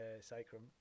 sacrum